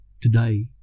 today